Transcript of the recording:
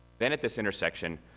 then at this intersection,